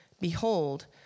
behold